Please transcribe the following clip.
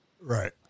Right